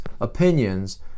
opinions